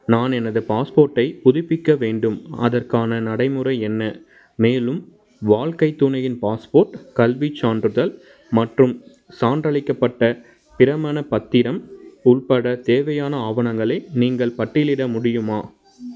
நான் எனது பாஸ்போர்ட்டை புதுப்பிக்க வேண்டும் அதற்கான நடைமுறை என்ன மேலும் வாழ்க்கை துணையின் பாஸ்போர்ட் கல்வி சான்றிதழ் மற்றும் சான்றளிக்கப்பட்ட திருமணப் பத்திரம் உட்பட தேவையான ஆவணங்களை நீங்கள் பட்டியலிட முடியுமா